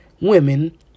women